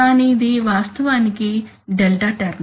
కానీ ఇది వాస్తవానికి డెల్టా టర్మ్